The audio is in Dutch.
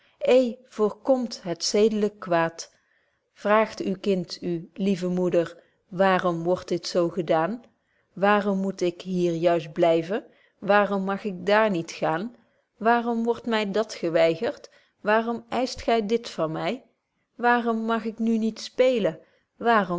vrkomt het zeedlyk kwaad vraagt uw kind u lieve moeder waarom word dit zo gedaan waarom moet ik hier juist blyven waarom mag ik dààr niet gaan waarom word my dat geweigerd waarom eischt gy dit van my betje wolff proeve over de opvoeding waarom mag ik nu niet